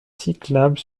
cyclable